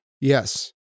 yes